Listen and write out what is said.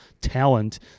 talent